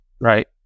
right